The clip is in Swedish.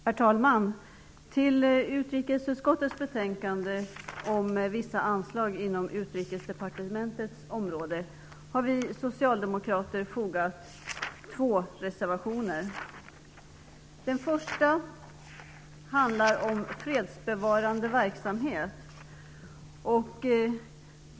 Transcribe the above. Herr talman! Till utrikesutskottets betänkande om vissa anslag inom Utrikesdepartementets område har vi socialdemokrater fogat två reservationer. Den första handlar om fredsbevarande verksamhet.